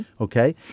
okay